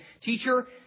Teacher